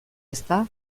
ezta